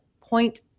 point